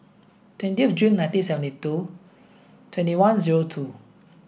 twenty of Jun nineteen seventy two twenty one zero two